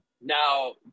Now